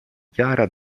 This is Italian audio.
chiara